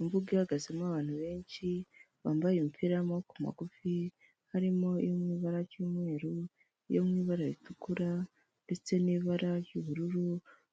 Imbuga ihagazemo abantu benshi bambaye umupira w'amaboko ma magufi harimo; iyo mu iba ry'umweru, iyo mu ibara ritukura ndetse n'ibara ry'ubururu,